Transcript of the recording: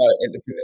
independent